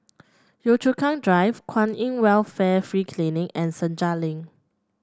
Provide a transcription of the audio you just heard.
Yio Chu Kang Drive Kwan In Welfare Free Clinic and Senja Link